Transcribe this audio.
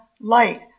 light